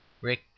Rick